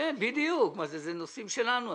בדיוק, אלה נושאים שלנו.